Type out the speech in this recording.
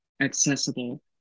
accessible